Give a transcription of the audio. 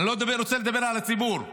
אני לא רוצה לדבר על הציבור.